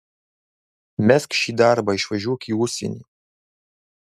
mesk šį darbą išvažiuok į užsienį